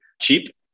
cheap